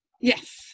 yes